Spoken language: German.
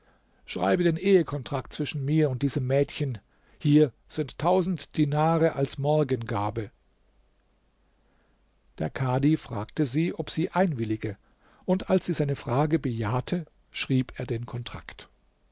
schreibe den ehe kontrakt zwischen mir und diesem mädchen hier sind tausend dinare als morgengabe der kadhi fragte sie ob sie einwillige und als sie seine frage bejahte schrieb er den kontrakt